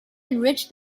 enriched